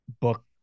book